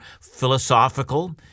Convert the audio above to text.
philosophical